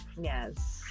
yes